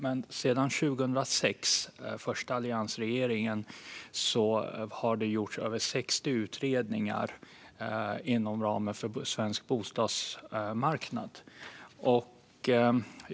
Men sedan den första alliansregeringen tillträdde 2006 har det gjorts över 60 utredningar på området svensk bostadsmarknad.